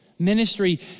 Ministry